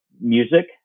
music